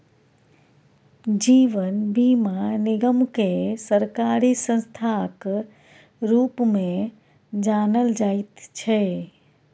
जीवन बीमा निगमकेँ सरकारी संस्थाक रूपमे जानल जाइत छै